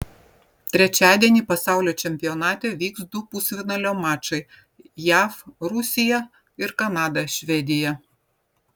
trečiadienį pasaulio čempionate vyks du pusfinalio mačai jav rusija ir kanada švedija